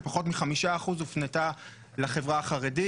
ופחות מ-5% הופנתה לחברה החרדית.